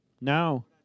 Now